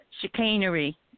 chicanery